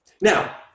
Now